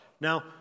now